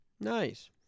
Nice